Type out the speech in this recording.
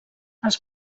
els